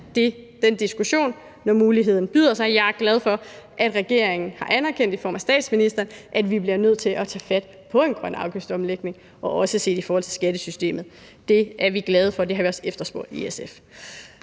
tage den diskussion, når muligheden byder sig. Jeg er glad for, at regeringen ved statsministeren har anerkendt, at vi bliver nødt til at tage fat på en grøn afgiftsomlægning, også set i forhold til skattesystemet. Det er vi glade for, og det har vi også efterspurgt i SF.